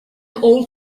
all